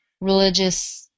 religious